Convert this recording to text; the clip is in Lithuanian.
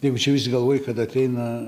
jeigu čia visi galvoj kad ateina